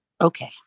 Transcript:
Okay